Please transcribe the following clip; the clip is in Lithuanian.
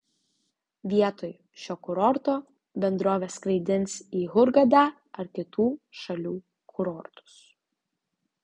vietoj šio kurorto bendrovė skraidins į hurgadą ar kitų šalių kurortus